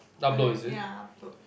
when I ya upload